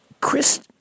Chris